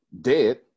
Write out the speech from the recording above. dead